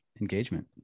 engagement